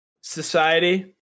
society